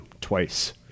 twice